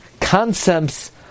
concepts